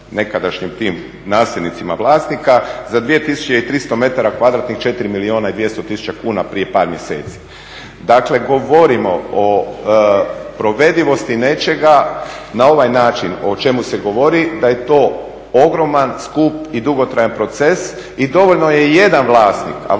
nekadašnjim tim nasljednicima vlasnika, za 2300 m2 4 milijuna i 200 tisuća kuna prije par mjeseci. Dakle govorimo o provedivosti nečega na ovaj način o čemu se govori, da je to ogroman, skup i dugotrajan proces i dovoljno je jedan vlasnik, a